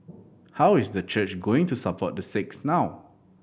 how is the church going to support the six now